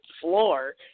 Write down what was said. floor